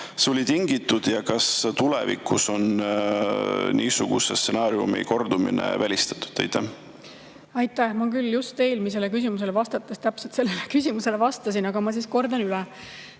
see oli tingitud ja kas tulevikus on niisuguse stsenaariumi kordumine välistatud? Aitäh! Ma küll ühele eelmisele küsimusele vastates täpselt sellele küsimusele vastasin, aga ma kordan üle.